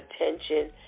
attention